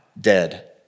dead